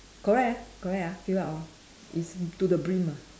correct ah correct ah fill up lor it's to the brim ah